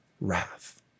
wrath